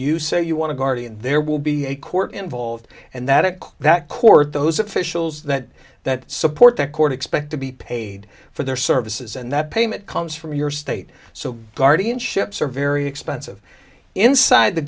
you say you want to guardian there will be a court involved and that it that court those officials that that support the court expect to be paid for their services that payment comes from your state so guardianships are very expensive inside the